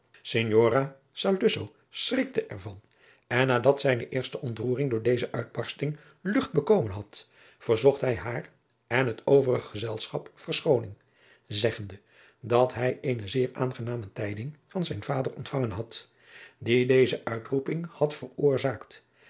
saluzzo schrikte er van en nadat zijne eerste ontroering door deze uitbarsting lucht bekomen had verzocht hij haar en het overig gezelschap verschooning zeggende dat hij eene zeer aangenaame tijding van zijn vader ontvangen had die deze uitroeping had veroorzaakt